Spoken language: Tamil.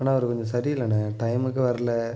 ஆனால் அவரு கொஞ்சம் சரியில்லைண்ண டைமுக்கு வரல